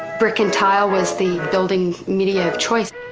brick and tile was the building media of choice.